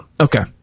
okay